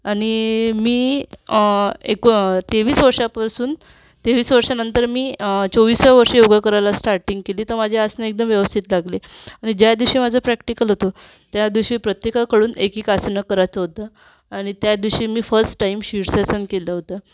आणि मी एक तेवीस वर्षापासून तेवीस वर्षानंतर मी चोविसाव्या वर्षी योगा करायला स्टार्टिंग केली तर माझी आसने एकदम व्यवस्थित लागले आनी ज्या दिवशी माझं प्रॅक्टिकल होतं त्या दिवशी प्रत्येकाकडून एक एक आसनं करायचं होतं आणि त्यादिवशी मी फर्स्ट टाइम शीर्षासन केलं होतं